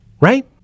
right